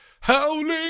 howling